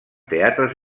teatres